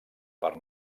per